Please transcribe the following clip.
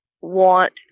want